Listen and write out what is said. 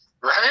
Right